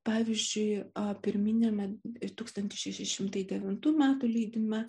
pavyzdžiui pirminiame tūkstantis šeši šimtai devintų metų leidime